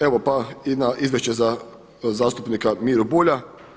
Evo pa i na izvješće za zastupnika Miru Bulja.